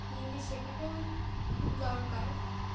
হিন্দি শেখাটাও খুব দরকার